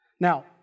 Now